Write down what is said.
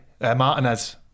Martinez